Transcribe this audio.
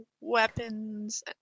weapons